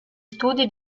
studi